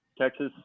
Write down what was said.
Texas